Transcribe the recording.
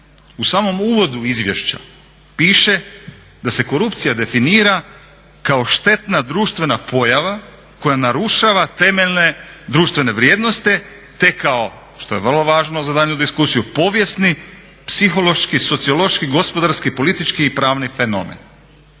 U samom uvodu izvješća piše da se korupcija definira kao štetna društvena pojava koja narušava temeljne društvene vrijednosti te kao što je vrlo važno za daljnju diskusiju povijesni, psihološki, sociološki, gospodarski, politički i pravni fenomen.